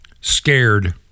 scared